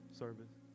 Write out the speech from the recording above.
service